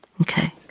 Okay